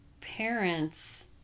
parents